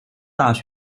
大学